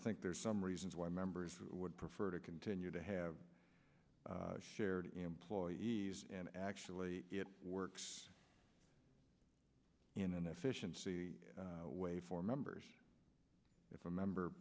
think there's some reasons why members would prefer to continue to have shared employees and actually it works in an efficient way for members if a member